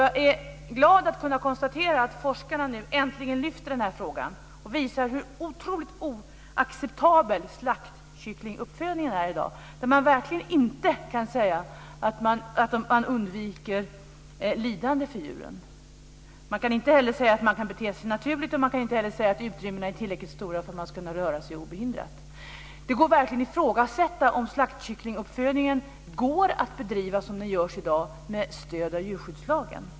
Jag är glad att forskarna nu äntligen lyfter frågan och visar hur otroligt oacceptabel slaktkycklinguppfödningen är i dag. Man kan verkligen inte säga att man undviker lidande för djuren. Man kan inte heller säga att de kan bete sig naturligt eller att utrymmena är tillräckligt stora för att de ska kunna röra sig obehindrat. Det går verkligen att ifrågasätta om slaktkycklinguppfödningen går att bedriva som den görs i dag med stöd av djurskyddslagen.